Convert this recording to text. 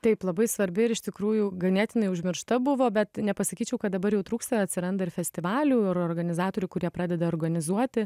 taip labai svarbi ir iš tikrųjų ganėtinai užmiršta buvo bet nepasakyčiau kad dabar jau trūksta atsiranda ir festivalių ir organizatorių kurie pradeda organizuoti